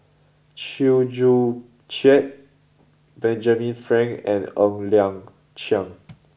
Chew Joo Chiat Benjamin Frank and Ng Liang Chiang